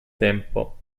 tempo